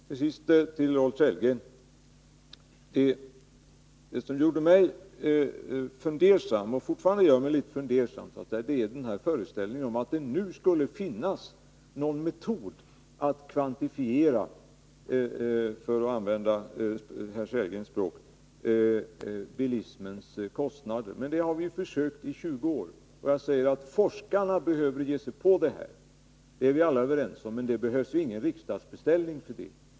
Det som gjorde mig fundersam och fortfarande gör mig fundersam, Rolf Sellgren, är föreställningen att det nu skulle finnas någon metod att kvantifiera — för att använda Rolf Sellgrens språk — bilismens kostnader. Det har vi försökt göra i 20 år. Forskarna behöver ge sig på detta, det är vi alla överens om, men det behövs ingen riksdagsbeställning för det.